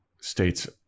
states